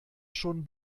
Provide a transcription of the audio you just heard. schon